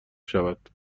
شود